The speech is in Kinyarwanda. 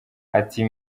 ati